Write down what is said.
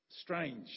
strange